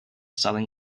selling